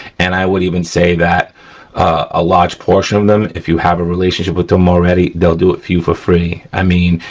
and i would even say that a large portion of them if you have a relationship with them already, they'll do it for you for free. i mean,